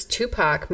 Tupac